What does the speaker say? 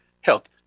health